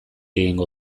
egingo